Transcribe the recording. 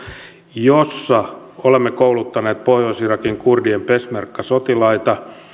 jossa olemme kouluttaneet pohjois irakin kurdien peshmerga sotilaita